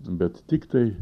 bet tiktai